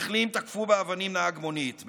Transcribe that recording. מתנחלים תקפו נהג מונית באבנים,